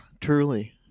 truly